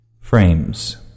Frames